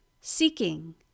seeking